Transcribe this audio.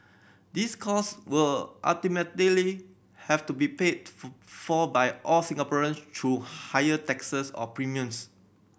these cost will ultimately have to be paid for by all Singaporeans through higher taxes or premiums